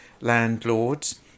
landlords